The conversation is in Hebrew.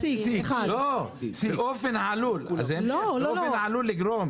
לא, באופן העלול לגרום